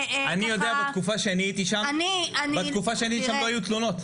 יודע שבתקופה שהייתי שם לא היו תלונות.